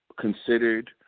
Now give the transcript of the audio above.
considered